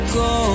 go